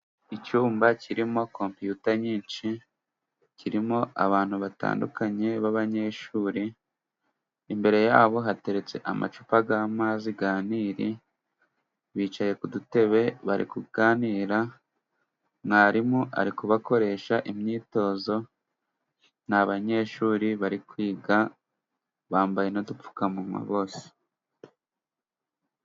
Icyumba kirimo Kompiyuta nyinshi, kirimo abantu batandukanye b'abanyeshuri, imbere yabo hateretse amacupa y'amazi ya Nili, bicaye ku dutebe bari kuganira, mwarimu ari kubakoresha imyitozo, ni abanyeshuri bari kwiga bambaye n'udupfukamunwa bose.